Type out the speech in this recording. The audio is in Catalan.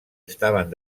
estaven